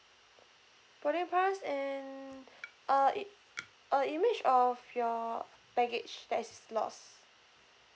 boarding price and uh it uh image of your baggage that is lost